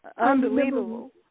Unbelievable